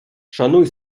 шануй